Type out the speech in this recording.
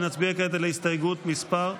נצביע כעת על הסתייגות 1